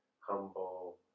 humble